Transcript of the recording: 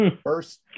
first